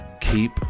keep